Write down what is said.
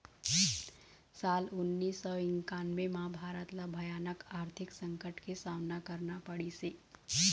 साल उन्नीस सौ इन्कानबें म भारत ल भयानक आरथिक संकट के सामना करना पड़िस हे